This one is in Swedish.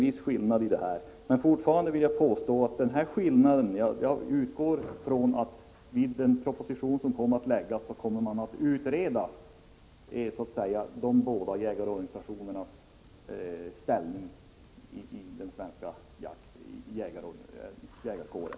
Jag utgår från att det inför den proposition som kommer att framläggas görs en utredning om de båda jägarorganisationernas ställning i den svenska jägarkåren.